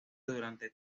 durante